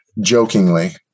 jokingly